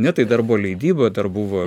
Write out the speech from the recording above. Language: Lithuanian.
ne tai dar buvo leidyba dar buvo